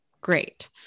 great